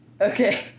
Okay